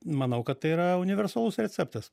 manau kad tai yra universalus receptas